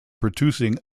producing